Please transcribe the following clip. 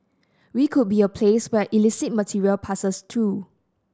we could be a place where illicit material passes through